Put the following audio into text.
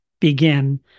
begin